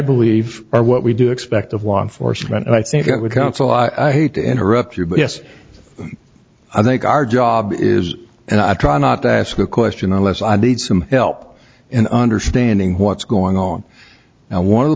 believe are what we do expect of law enforcement and i think i would counsel i hate to interrupt you but yes i think our job is and i try not to ask a question unless i need some help in understanding what's going on and one of the